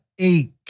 eight